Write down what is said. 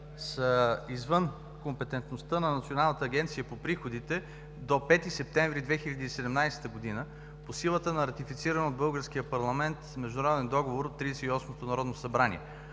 са извън компетентността на Националната агенция за приходите до 5 септември 2017 г. по силата на ратифицирано от българския парламент Международен договор от Тридесет и осмото народно събрание.